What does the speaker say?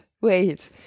wait